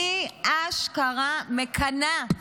אני אשכרה מקנאה.